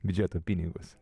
biudžeto pinigus